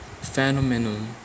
phenomenon